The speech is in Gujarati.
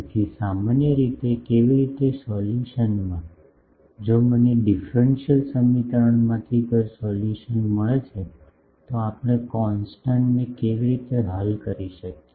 તેથી સામાન્ય રીતે કેવી રીતે સોલ્યુશનમાં જો મને ડિફરન્શિલ સમીકરણમાંથી કોઈ સોલ્યુશન મળે છે તો આપણે કોન્સ્ટન્ટ ને કેવી રીતે હલ કરી શકીએ